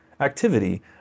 activity